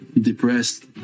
depressed